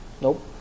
Nope